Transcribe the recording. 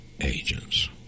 agents